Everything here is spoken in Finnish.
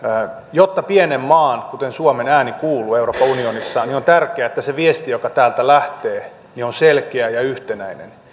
jotta pienen maan kuten suomen ääni kuuluu euroopan unionissa on tärkeää että se viesti joka täältä lähtee on selkeä ja yhtenäinen